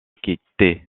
quitté